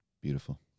Beautiful